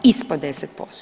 Ispod 10%